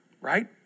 right